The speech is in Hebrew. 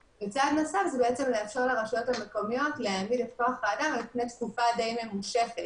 זאת אומרת, הרשויות נדרשו להעמיד מספר נמוך יותר